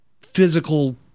physical